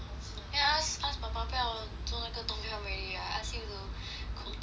eh ask ask papa 不要做那个 tom yum already leh ask him to cook jjampong